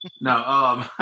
no